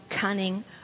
cunning